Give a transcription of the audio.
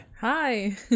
Hi